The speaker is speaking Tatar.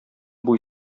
буй